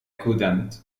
couldn’t